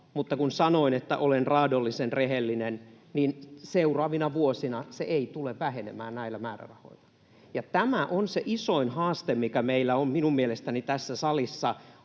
mutta kun sanoin, että olen raadollisen rehellinen, niin seuraavina vuosina se ei tule vähenemään näillä määrärahoilla. Ja tämä on se isoin haaste, mikä meillä on minun mielestäni tässä salissa